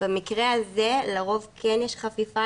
במקרה הזה לרוב כן יש חפיפה,